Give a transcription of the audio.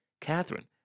Catherine